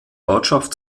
ortschaft